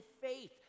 faith